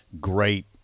great